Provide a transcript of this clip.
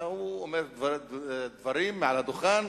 והוא אומר דברים מעל הדוכן,